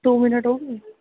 दो मिनट हो गये